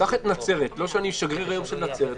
קח את נצרת, לא שאני שגריר היום של נצרת.